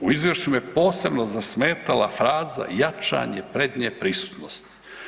U izvješću me posebno zasmetala fraza jačanje prednje prisutnosti.